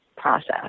process